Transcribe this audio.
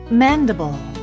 mandible